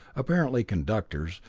apparently conductors,